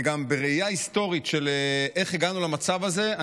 בראייה היסטורית של איך הגענו למצב הזה,